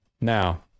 Now